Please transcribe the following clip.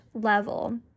level